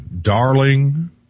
darling